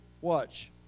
watch